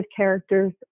characters